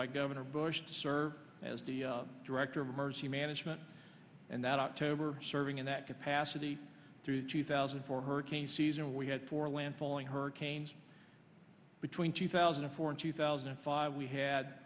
by governor bush to serve as the director of emergency management and that october serving in that capacity through two thousand and four hurricane season we had four landfalling hurricane between two thousand and four and two thousand and five we had